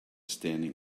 standing